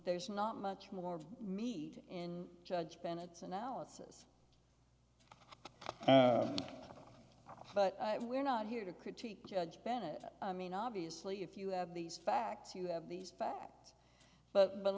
there's not much more meat in judge bennett's analysis but we're not here to critique judge bennett i mean obviously if you have these facts you have these facts but